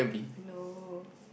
no